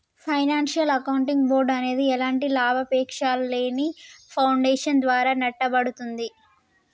financial accounting board అనేది ఎలాంటి లాభాపేక్షలేని ఫౌండేషన్ ద్వారా నడపబడుద్ది